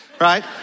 right